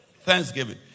Thanksgiving